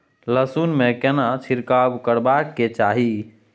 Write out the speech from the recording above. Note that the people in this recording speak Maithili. लहसुन में केना छिरकाव करबा के चाही?